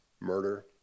murder